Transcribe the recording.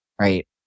right